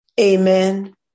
Amen